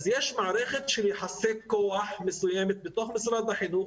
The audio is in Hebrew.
אז יש מערכת של יחסי כוח מסוימת בתוך משרד החינוך,